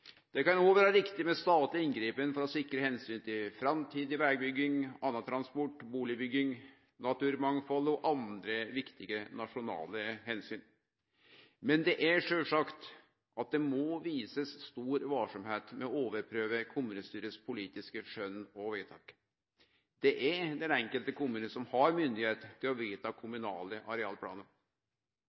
Det kan òg vere riktig med statleg innblanding for å sikre omsyn til framtidig vegbygging, annan transport, bustadbygging, naturmangfald og andre viktige nasjonale omsyn. Men det er sjølvsagt at ein må vise stor varsemd med å overprøve kommunestyrets politiske skjønn og vedtak. Det er den enkelte kommune som har myndigheit til å vedta kommunale arealplanar.